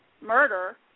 murder